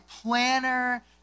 planner